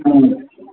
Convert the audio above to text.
ம்